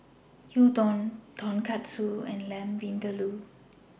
Gyudon Tonkatsu and Lamb Vindaloo